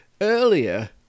earlier